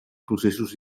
processos